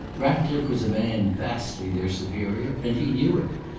ratcliffe was a man vastly their superior, and he knew it.